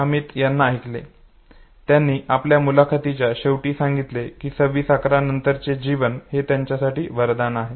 अमित यांना ऐकले त्यांनी आपल्या मुलाखतीच्या शेवटी सांगितले की 2611 नंतरचे जीवन हे त्याच्यासाठी एक वरदान आहे